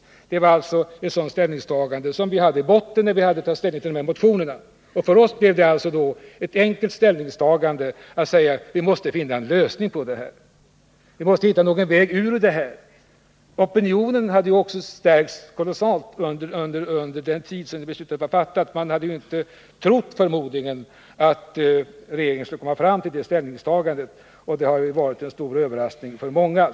Detta var det ställningstagande vi hade att utgå från när vi behandlade motionerna. För oss blev det därför enkelt att säga: Vi måste hitta någon väg ur det här. Opinionen hade också stärkts kolossalt under den tid som gått sedan beslutet fattats. Man hade förmodligen inte trott att regeringen skulle ta den ställning den gjorde. Det har varit en stor överraskning för många.